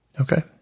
Okay